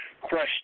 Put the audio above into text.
question